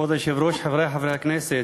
כבוד היושב-ראש, חברי חברי הכנסת,